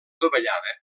adovellada